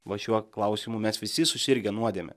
va šiuo klausimu mes visi susirgę nuodėme